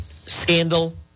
scandal